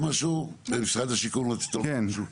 משרד השיכון, רצית לומר משהו?